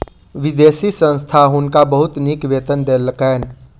विदेशी संस्था हुनका बहुत नीक वेतन देलकैन